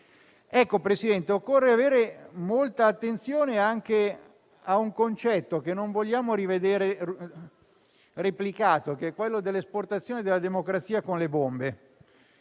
Signor Presidente, occorre prestare molta attenzione anche a un concetto che non vogliamo veder replicato, ossia l'esportazione della democrazia con le bombe.